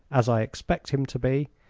as i expect him to be,